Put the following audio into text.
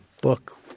book